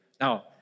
Now